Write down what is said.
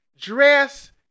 dress